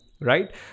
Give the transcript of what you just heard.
right